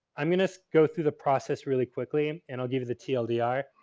i'm gonna go through the process really quickly and i'll give you the tldr.